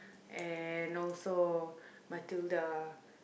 and also Matilda